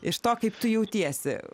iš to kaip tu jautiesi